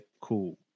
cool